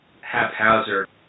haphazard